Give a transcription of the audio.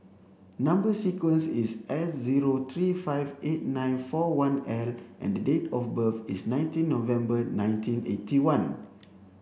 number sequence is S zero three five eight nine four one L and date of birth is nineteen November nineteen eighty one